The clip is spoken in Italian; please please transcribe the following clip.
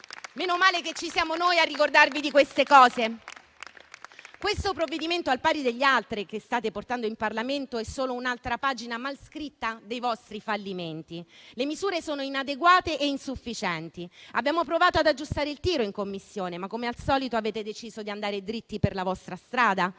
meno male che ci siamo noi a ricordarvi di queste cose. Questo provvedimento, al pari degli altri che state portando in Parlamento, è solo un'altra pagina mal scritta dei vostri fallimenti. Le misure sono inadeguate e insufficienti, abbiamo provato ad aggiustare il tiro in Commissione, ma come al solito avete deciso di andare dritti per la vostra strada.